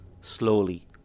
slowly